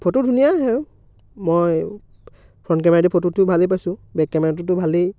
photo ধুনীয়া আহে মই ফ্ৰণ্ট কেমেৰা দি ফটো উঠি ভালে পাইছোঁ বেক কেমেৰাটোতো ভালেই